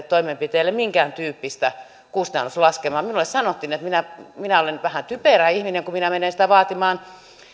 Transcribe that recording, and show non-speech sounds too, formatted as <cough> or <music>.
<unintelligible> toimenpiteelleen minkääntyyppistä kustannuslaskelmaa minulle sanottiin että minä minä olen vähän typerä ihminen kun minä menen sitä vaatimaan